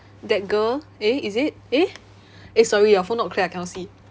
that girl eh is it eh eh sorry your phone not clear I cannot see